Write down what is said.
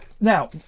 now